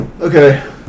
Okay